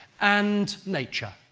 and nature